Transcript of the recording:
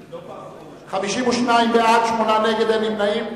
בעד, 52, נגד, 8, ואין נמנעים.